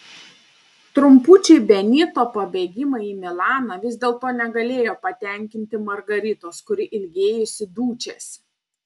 trumpučiai benito pabėgimai į milaną vis dėlto negalėjo patenkinti margaritos kuri ilgėjosi dučės